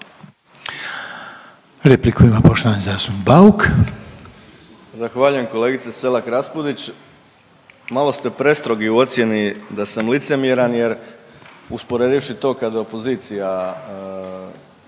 Repliku ima poštovani zastupnik Bauk.